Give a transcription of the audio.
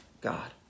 God